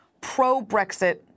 pro-Brexit